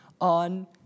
on